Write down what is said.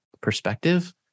perspective